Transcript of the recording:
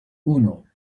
uno